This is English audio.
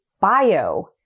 bio